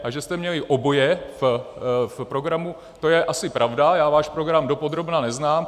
A že jste měli oboje v programu, to je asi pravda, já váš program dopodrobna neznám.